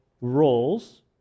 roles